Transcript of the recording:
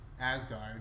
Asgard